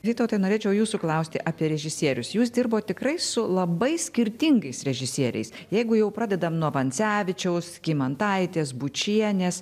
vytautai norėčiau jūsų klausti apie režisierius jūs dirbot tikrai su labai skirtingais režisieriais jeigu jau pradedam nuo vancevičiaus kymantaitės bučienės